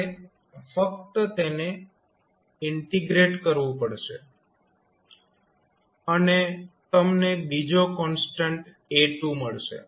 તમારે ફક્ત તેને ઇન્ટિગ્રેટ કરવું પડશે અને તમને બીજો કોન્સ્ટન્ટ A2 મળશે